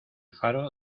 faro